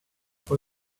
for